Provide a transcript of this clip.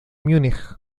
múnich